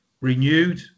renewed